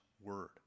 word